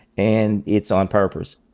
and it's on purpose.